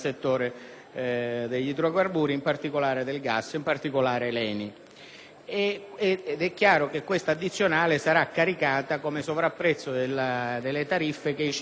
È chiaro che questa addizionale sarà caricata come sovrapprezzo sulle tariffe che i cittadini italiani saranno chiamati a pagare.